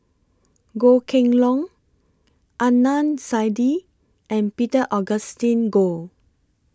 Goh Kheng Long Adnan Saidi and Peter Augustine Goh